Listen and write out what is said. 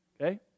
Okay